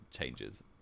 changes